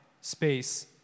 space